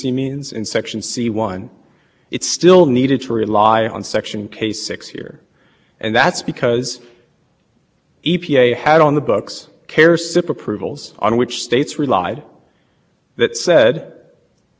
k six here and that's because e p a had on the books care sip approvals on which states relied that said these states have satisfy their obligations under the good neighbor provision and we no